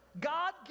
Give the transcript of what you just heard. God